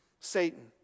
Satan